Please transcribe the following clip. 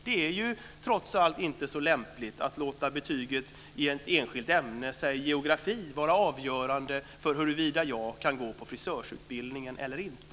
Det är ju trots allt inte så lämpligt att låta betyget i ett enskilt ämne, t.ex. geografi, vara avgörande för huruvida jag kan gå på frisörsutbildningen eller inte.